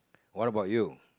what about you